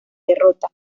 derrota